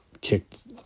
kicked